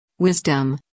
Wisdom